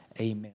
amen